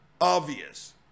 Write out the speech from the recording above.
obvious